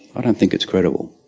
i don't think it's credible.